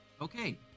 Okay